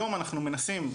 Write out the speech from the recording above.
היום אנחנו מנסים,